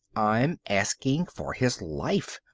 i'm asking for his life,